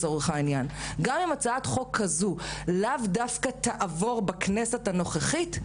לאו דווקא תעבור בכנסת הנוכחית,